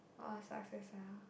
!wah! success ah